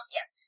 Yes